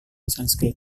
sanskrit